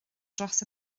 dros